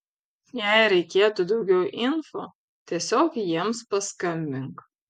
jei reikėtų daugiau info tiesiog jiems paskambink